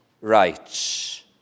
rights